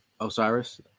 Osiris